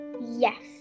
Yes